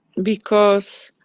because,